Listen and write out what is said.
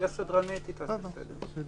יש סדרנית, היא תעשה סדר.